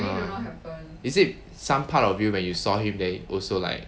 orh is it some part of you when you saw him then also like